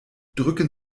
drücken